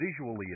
visually